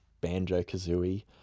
Banjo-Kazooie